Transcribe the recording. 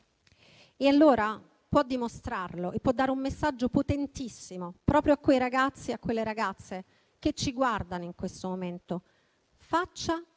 Allora, può dimostrarlo e può dare un messaggio potentissimo proprio ai ragazzi e alle ragazze che ci guardano in questo momento: faccia